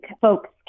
folks